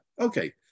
Okay